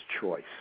choice